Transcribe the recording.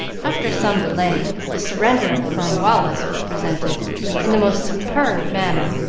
after some delay, the surrender of cornwallis was presented in the most superb manner,